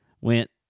went